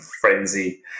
frenzy